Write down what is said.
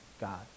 God